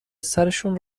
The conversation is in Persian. سرشون